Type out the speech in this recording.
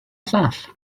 llall